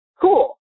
cool